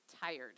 tired